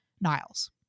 Niles